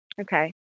Okay